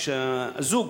כשהזוג,